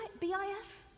BIS